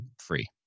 free